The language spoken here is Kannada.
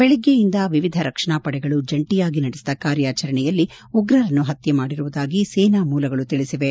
ಬೆಳಿಗ್ಗೆಯಿಂದ ವಿವಿಧ ರಕ್ಷಣಾ ಪಡೆಗಳು ಜಂಟಿಯಾಗಿ ನಡೆಸಿದ ಕಾರ್ಯಾಚರಣೆಯಲ್ಲಿ ಉಗ್ರರನ್ನು ಹತ್ಲೆ ಮಾಡಿರುವುದಾಗಿ ಸೇನಾ ಮೂಲಗಳು ತಿಳಿಸಿವೆ